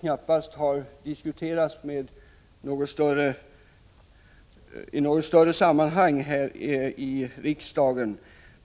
knappast har diskuterats i något större sammanhang här i riksdagen.